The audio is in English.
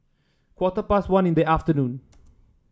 quarter past one in the afternoon